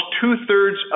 two-thirds